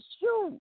shoot